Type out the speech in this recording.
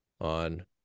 on